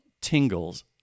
tingles